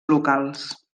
locals